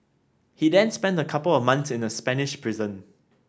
he then spent a couple of months in a Spanish prison